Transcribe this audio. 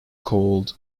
called